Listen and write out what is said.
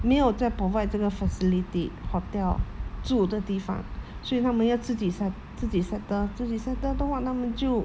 没有在 provide 这个 facility hotel 住的地方所以他们要自己 set~ 自己 settle 自己 settle 的话他们就